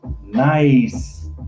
Nice